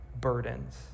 burdens